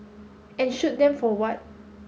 and shoot them for what